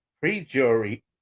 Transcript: pre-jury